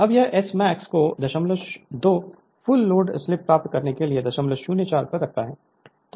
Refer Slide Time 1502 अब यह Smax को 02 फुल लोड क्लिप प्राप्त करने के लिए 004 पर रखता है